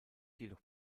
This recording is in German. jedoch